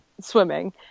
swimming